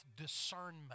discernment